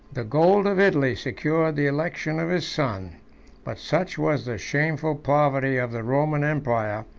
the gold of italy secured the election of his son but such was the shameful poverty of the roman emperor,